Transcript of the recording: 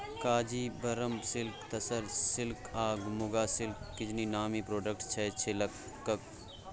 Kanjeevaram silk, tussar silk आ muga silk किछ नामी प्रोडक्ट छै सिल्कक